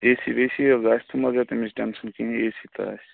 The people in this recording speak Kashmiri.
اےٚ سی وے سی حظ آسہِ ژٕ مہٕ ہیٚے تمِچ ٹٮ۪نٛشَن کِہیٖنۍ اےٚ سی تہِ آسہِ